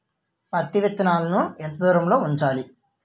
పత్తి విత్తనాలు ఎంత దూరంలో ఉంచాలి?